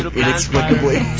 inexplicably